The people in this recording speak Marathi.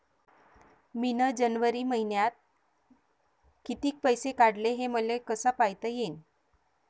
मिन जनवरी मईन्यात कितीक पैसे काढले, हे मले कस पायता येईन?